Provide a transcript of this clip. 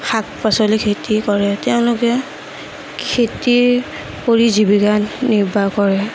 শাক পাচলিৰ খেতি কৰে তেওঁলোকে খেতিৰ কৰি জীৱিকা নিৰ্বাহ কৰে